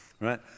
right